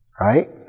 Right